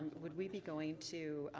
would we be going to